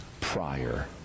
prior